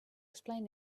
explain